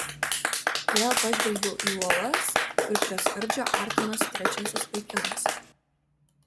vėl pažvelgiau į uolas kur prie skardžio artinosi trečiasis vaikinas